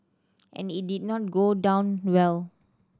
and it did not go down well